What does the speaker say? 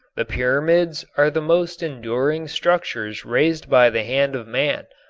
the pyramids are the most enduring structures raised by the hand of man,